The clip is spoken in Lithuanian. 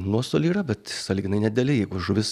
nuostoliai yra bet sąlyginai nedideli jeigu žuvys